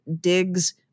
digs